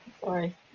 Sorry